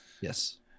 Yes